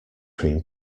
cream